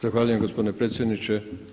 Zahvaljujem gospodine predsjedniče.